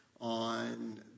on